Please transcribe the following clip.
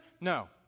No